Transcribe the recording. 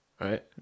right